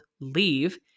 leave